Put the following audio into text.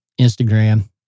Instagram